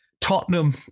Tottenham